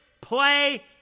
play